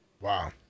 Wow